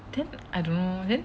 then I don't know then